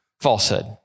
falsehood